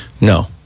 No